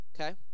Okay